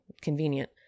convenient